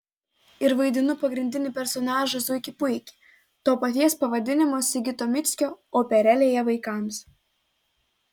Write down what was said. ir vaidinu pagrindinį personažą zuikį puikį to paties pavadinimo sigito mickio operėlėje vaikams